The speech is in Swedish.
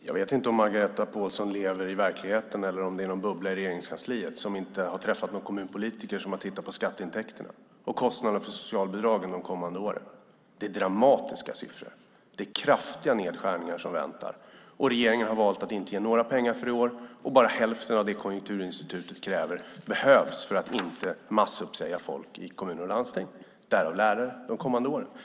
Fru talman! Jag vet inte om Margareta Pålsson lever i verkligheten eller om Regeringskansliet inte har träffat någon kommunpolitiker som har tittat på skatteintäkterna och kostnaderna för socialbidragen de kommande åren. Det är dramatiska siffror. Det är kraftiga nedskärningar som väntar. Regeringen har valt att inte ge några pengar för i år. Och bara hälften av det som Konjunkturinstitutet kräver behövs för att inte behöva massuppsäga folk i kommuner och landsting, däribland lärare, de kommande åren.